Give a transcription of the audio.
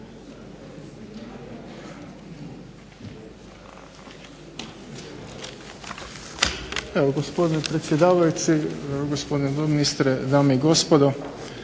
Evo, gospodine predsjedavajući, gospodine doministre, gospodo.